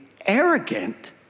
arrogant